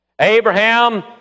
Abraham